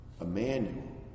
Emmanuel